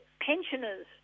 pensioners